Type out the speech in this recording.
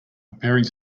preparing